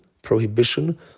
prohibition